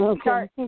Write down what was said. start